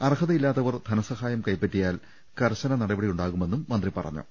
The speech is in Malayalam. അർഹതയില്ലാത്തവർ ധനസഹായം കൈപ്പറ്റിയാൽ കർശന നടപടിയുണ്ടാകുമെന്നും മന്ത്രി പറഞ്ഞു